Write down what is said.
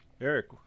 Eric